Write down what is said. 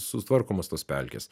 sutvarkomos tos pelkės